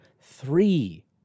three